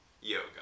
yoga